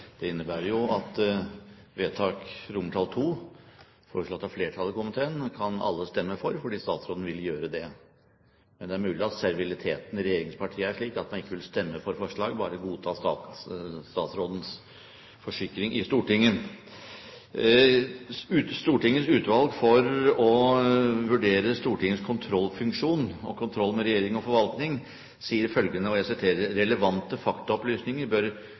Det innebærer at alle kan stemme for II i forslag til vedtak, foreslått av flertallet i komiteen, fordi statsråden vil gjøre det. Men det er mulig at serviliteten i regjeringspartiene er slik at man ikke vil stemme for forslaget, bare godta statsrådens forsikring i Stortinget. Stortingets utvalg for å vurdere Stortingets kontrollfunksjon og kontroll med regjering og forvaltning sier følgende: